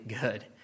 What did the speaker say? good